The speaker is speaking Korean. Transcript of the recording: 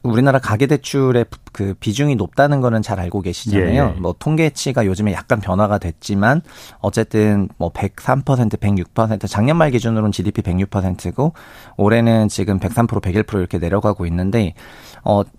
우리나라 가계대출의 그 비중이 높다는 거는 잘 알고 계시잖아요. 예, 예. 뭐 통계치가 요즘에 약간 변화가 됐지만 어쨌든 뭐 103%, 106% 작년 말 기준으로는 GDP 106%고, 올해는 지금 103%, 101% 이렇게 내려가고 있는데 어,